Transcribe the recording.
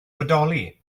bodoli